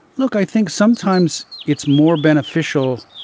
look, i think sometimes it's more beneficial.